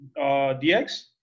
dx